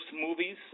movies